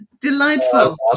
delightful